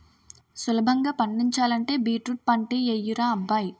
సులభంగా పండించాలంటే బీట్రూట్ పంటే యెయ్యరా అబ్బాయ్